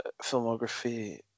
Filmography